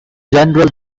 general